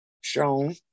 shown